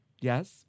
Yes